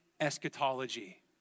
eschatology